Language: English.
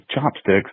chopsticks